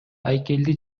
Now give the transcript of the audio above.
айкелди